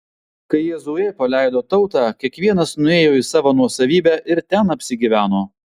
kai jozuė paleido tautą kiekvienas nuėjo į savo nuosavybę ir ten apsigyveno